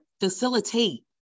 facilitate